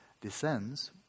descends